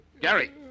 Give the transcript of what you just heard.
Gary